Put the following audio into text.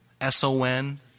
S-O-N